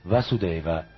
Vasudeva